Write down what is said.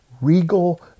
regal